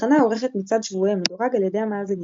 התחנה עורכת מצעד שבועי המדורג על ידי המאזינים,